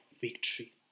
victory